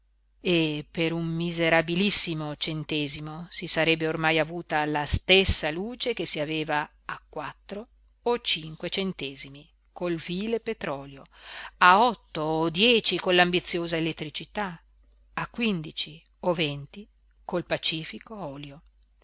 e per un miserabilissimo centesimo si sarebbe ormai avuta la stessa luce che si aveva a quattro o cinque centesimi col vile petrolio a otto o dieci con l'ambiziosa elettricità a quindici o venti col pacifico olio